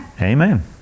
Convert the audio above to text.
Amen